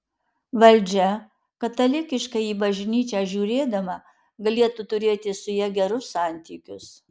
valdžia katalikiškai į bažnyčią žiūrėdama galėtų turėti su ja gerus santykius